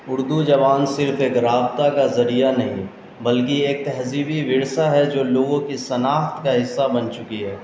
اردو زبان صرف ایک رابطہ کا ذریعہ نہیں بلکہ ایک تہذیبی ورثہ ہے جو لوگوں کی شناخت کا حصہ بن چکی ہے